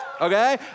Okay